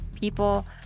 people